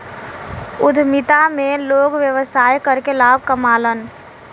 उद्यमिता में लोग व्यवसाय करके लाभ कमावलन